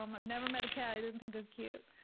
um i've never met a cat i didn't think was cute.